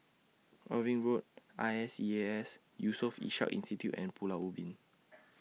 Irving Road I S E A S Yusof Ishak Institute and Pulau Ubin